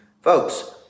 folks